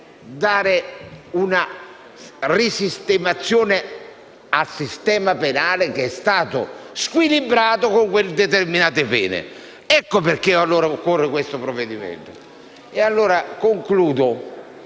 dare una risistemazione al sistema penale, che è stato squilibrato con determinate pene. Ecco perché occorre questo provvedimento. Concludo.